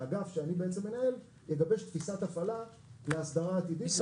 האגף שאני מנהל יגבש תפיסת הפעלה להסדרה עתידית.